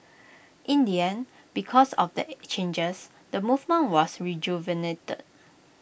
in the end because of the changes the movement was rejuvenated